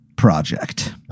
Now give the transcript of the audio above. Project